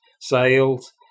sales